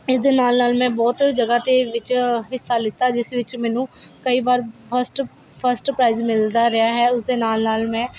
ਇਸਦੇ ਨਾਲ ਨਾਲ ਮੈਂ ਬਹੁਤ ਜਗ੍ਹਾ 'ਤੇ ਵਿੱਚ ਹਿੱਸਾ ਲਿੱਤਾ ਜਿਸ ਵਿੱਚ ਮੈਨੂੰ ਕਈ ਵਾਰ ਫਸਟ ਫਸਟ ਪ੍ਰਾਈਜ ਮਿਲਦਾ ਰਿਹਾ ਹੈ ਉਸ ਦੇ ਨਾਲ ਨਾਲ ਮੈਂ